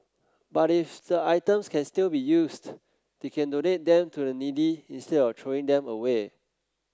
but if the items can still be used they can donate them to the needy instead of throwing them away